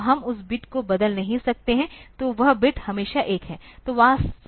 तो वह बिट हमेशा 1 है